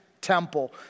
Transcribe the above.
temple